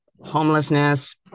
homelessness